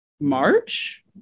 March